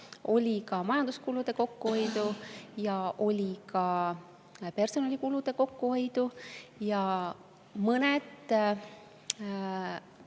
oli ka majanduskulude kokkuhoidu ja oli ka personalikulude kokkuhoidu. Ja mõned